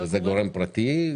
זה גורם פרטי?